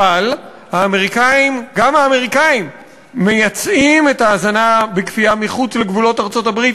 אבל גם האמריקנים מייצאים את ההזנה בכפייה מחוץ לגבולות ארצות-הברית,